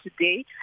today